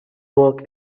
work